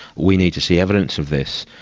we need to see evidence of this,